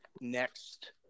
next